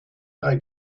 drei